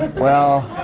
well.